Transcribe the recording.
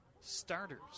starters